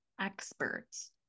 experts